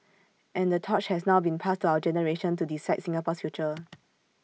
and the torch has now been passed to our generation to decide Singapore's future